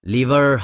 Liver